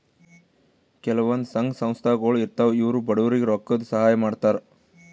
ಕೆಲವಂದ್ ಸಂಘ ಸಂಸ್ಥಾಗೊಳ್ ಇರ್ತವ್ ಇವ್ರು ಬಡವ್ರಿಗ್ ರೊಕ್ಕದ್ ಸಹಾಯ್ ಮಾಡ್ತರ್